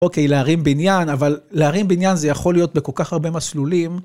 אוקיי, להרים בניין, אבל להרים בניין זה יכול להיות בכל כך הרבה מסלולים.